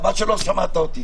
חבל שלא שמעת אותי.